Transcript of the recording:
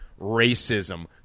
racism